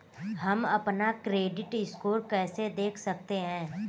हम अपना credit score कैसे देख सकते हैं?